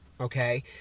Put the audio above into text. Okay